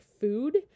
food